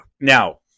Now